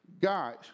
Guys